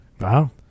Wow